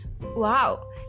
wow